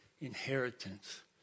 inheritance